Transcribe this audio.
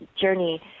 journey